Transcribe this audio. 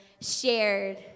shared